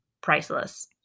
priceless